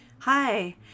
Hi